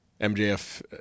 mjf